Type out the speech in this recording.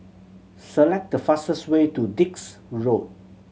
select the fastest way to Dix Road